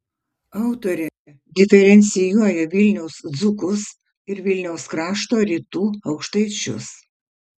autorė diferencijuoja vilniaus dzūkus ir vilniaus krašto rytų aukštaičius